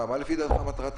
מה אתה מבין?